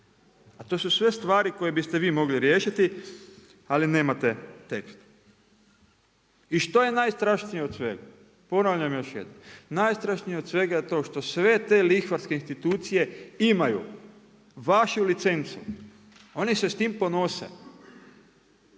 A to su sve stvari koje biste vi mogli riješiti ali nemate tekst. I što je najstrašnije od svega? Ponavljam još jednom, najstrašnije od svega je to što sve te lihvarske institucije imaju vašu licencu, oni se s tim ponose.